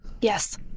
Yes